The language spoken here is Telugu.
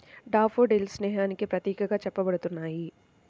డాఫోడిల్స్ స్నేహానికి ప్రతీకగా చెప్పబడుతున్నాయి